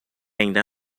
ainda